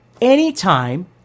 anytime